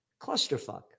Clusterfuck